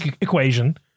equation